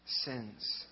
sins